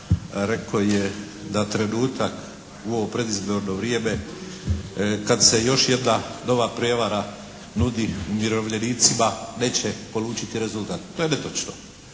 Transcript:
rekao je da trenutak u ovo predizborno vrijeme kad se još jedna nova prijevara nudi umirovljenicima neće polučiti rezultat. To je netočno.